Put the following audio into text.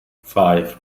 five